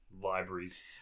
libraries